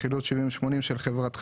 יחידות 70 ו-80 של חברת חשמל,